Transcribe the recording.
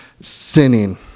sinning